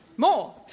More